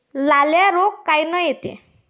लाल्या रोग कायनं येते?